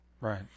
right